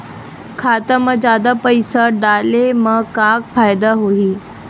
खाता मा जादा पईसा डाले मा का फ़ायदा होही?